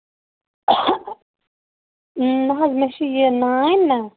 نہ حظ مےٚ چھِ یہِ نانۍ نا